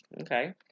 Okay